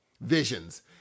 Visions